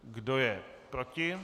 Kdo je proti?